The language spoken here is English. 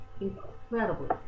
incredibly